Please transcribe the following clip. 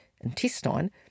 intestine